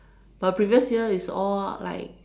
but previous year is all like